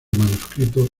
manuscrito